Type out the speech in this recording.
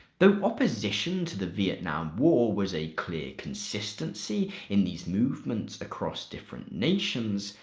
though opposition to the vietnam war was a clear consistency in these movements across different nations,